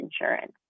insurance